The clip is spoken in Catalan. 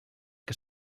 que